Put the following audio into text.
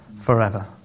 forever